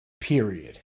period